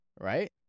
right